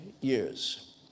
years